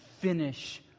finish